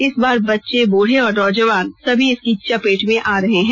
इस बार बच्चे बुढ़े और नौजवान सभी इसकी चपेट में आ रहे हैं